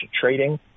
trading